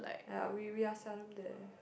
ya we we are seldom there